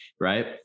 Right